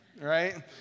right